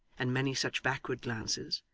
and many such backward glances,